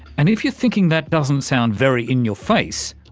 and if you're thinking that doesn't sound very in-your-face,